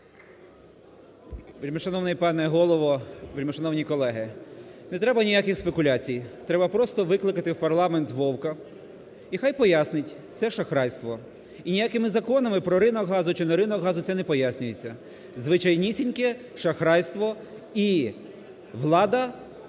Вельмишановний пане Голово, вельмишановні колеги! Не треба ніяких спекуляцій, треба просто викликати в парламент Вовка і хай пояснить це шахрайство. І ніякими законами про ринок газу чи не ринок газу це не пояснюється – звичайнісіньке шахрайство, і влада